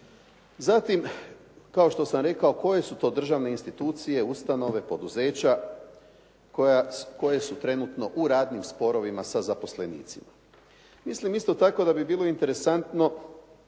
Zatim, kao što sam rekao koje su to državne institucije, ustanove, poduzeća koje su trenutno u radnim sporovima sa zaposlenicima. Mislim isto tako da bi bilo interesantno